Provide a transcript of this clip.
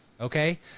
okay